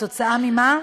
כתוצאה ממה?